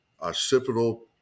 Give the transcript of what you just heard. occipital